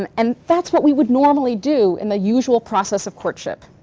um and that's what we would normally do in the usual process of courtship.